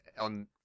on